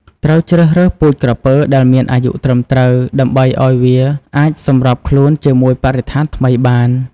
ត្រូវជ្រើសរើសពូជក្រពើដែលមានអាយុត្រឹមត្រូវ ដើម្បីឲ្យវាអាចសម្របខ្លួនជាមួយបរិស្ថានថ្មីបាន។